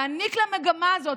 להעניק למגמה הזאת,